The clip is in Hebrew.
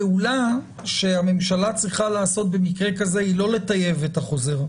הפעולה שהממשלה צריכה לעשות במקרה כזה היא לא לטייב את החוזר,